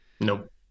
Nope